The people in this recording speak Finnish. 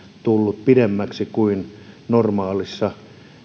tullut pidemmäksi kuin normaalissa